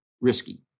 risky